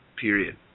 period